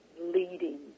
leading